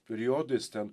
periodais ten